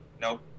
Nope